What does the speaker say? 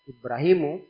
Ibrahimu